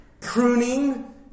Pruning